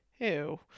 ew